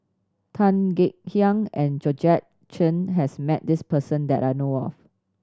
Tan Kek Hiang and Georgette Chen has met this person that I know of